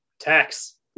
Tax